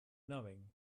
knowing